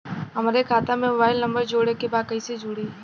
हमारे खाता मे मोबाइल नम्बर जोड़े के बा कैसे जुड़ी?